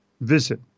visit